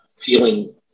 feeling